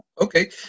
Okay